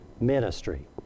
ministry